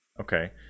okay